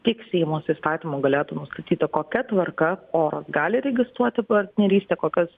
tik seimas įstatymu galėtų nustatyti kokia tvarka poros gali registruoti partnerystę kokius